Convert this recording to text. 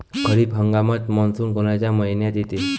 खरीप हंगामात मान्सून कोनच्या मइन्यात येते?